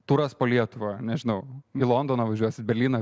turas po lietuvą nežinau į londoną važiuosit berlyną